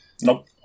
Nope